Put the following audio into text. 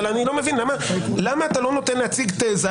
אבל אני לא מבין למה אתה לא נותן להציג תזה.